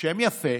שם יפה,